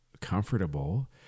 comfortable